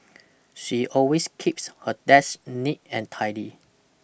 she always keeps her desk neat and tidy